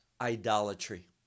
idolatry